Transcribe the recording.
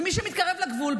ומי שמתקרב לגבול,